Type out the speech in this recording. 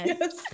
Yes